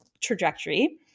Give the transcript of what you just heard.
trajectory